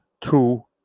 two